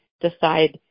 decide-